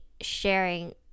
sharing